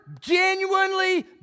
genuinely